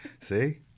See